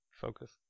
focus